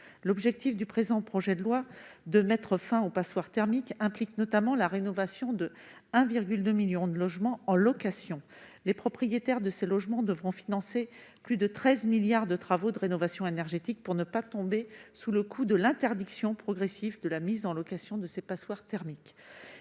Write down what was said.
L'objectif du présent projet de loi de mettre fin aux passoires thermiques implique notamment la rénovation de 1,2 million de logements en location. Les propriétaires de ces logements devront financer plus de 13 milliards de travaux de rénovation énergétique pour ne pas tomber sous le coup de l'interdiction progressive de mise en location des passoires thermiques.